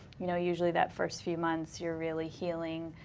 you know, usually that first few months, you're really healing.